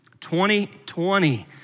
2020